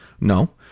No